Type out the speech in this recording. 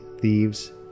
thieves